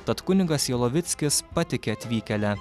tad kunigas jolovickis patiki atvykėlę